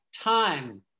time